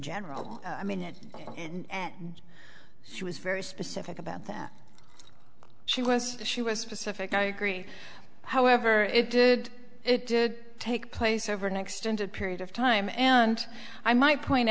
general i mean it and she was very specific about that she was she was specific i agree however it did it did take place over an extended period of time and i might point